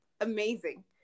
amazing